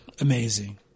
amazing